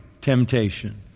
temptation